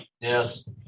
Yes